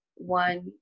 one